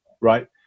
right